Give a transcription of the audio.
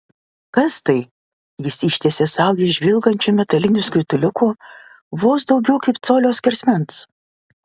kas tai jis ištiesė saują žvilgančių metalinių skrituliukų vos daugiau kaip colio skersmens